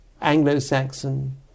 Anglo-Saxon